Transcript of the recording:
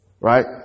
Right